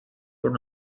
were